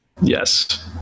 Yes